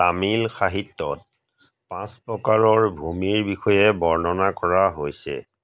তামিল সাহিত্যত পাঁচ প্ৰকাৰৰ ভূমিৰ বিষয়ে বৰ্ণনা কৰা হৈছে